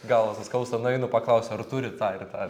galva suskausta nueinu paklausiu ar turit tą ir tą